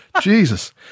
Jesus